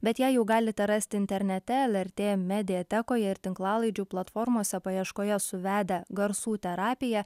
bet ją jau galite rasti internete lrt mediatekoje ir tinklalaidžių platformose paieškoje suvedę garsų terapija